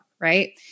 right